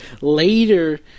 later